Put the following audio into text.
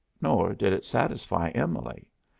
nor did it satisfy emily.